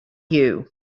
you